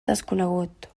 desconegut